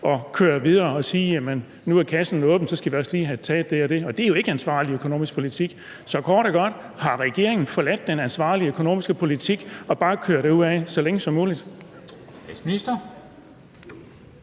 at køre videre og sige: Jamen nu er kassen åben, og så skal vi også lige have taget det og det. Og det er jo ikke ansvarlig økonomisk politik. Så kort og godt: Har regering forladt den ansvarlige økonomiske politik og kører bare derudad så længe som muligt?